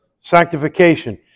sanctification